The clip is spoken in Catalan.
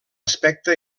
aspecte